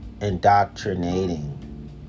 indoctrinating